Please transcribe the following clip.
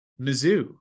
Mizzou